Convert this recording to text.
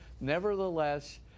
nevertheless